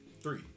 Three